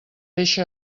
eixa